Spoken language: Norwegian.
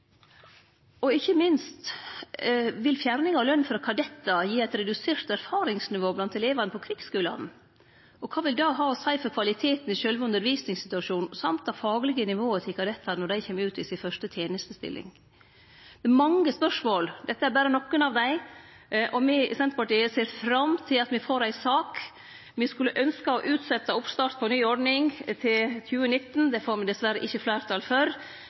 Ikkje minst vil fjerning av løn frå kadettar gi eit redusert erfaringsnivå blant elevane på krigsskulane. Kva vil det ha å seie for kvaliteten i sjølve undervisningssituasjonen, og også det faglege nivået til kadettane når dei kjem ut i si fyrste tenestestilling? Det er mange spørsmål. Dette er berre nokre av dei, og me i Senterpartiet ser fram til at me får ei sak. Me skulle ønske at oppstart av ny ordning vart utsett til 2019. Det får me dessverre ikkje fleirtal